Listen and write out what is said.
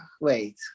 wait